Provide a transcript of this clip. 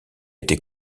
été